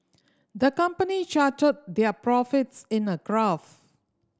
the company charted their profits in a graph